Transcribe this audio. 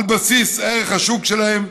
על בסיס ערך השוק שלהם,